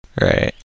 Right